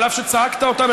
אף שצעקת אותם,